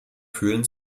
fühlen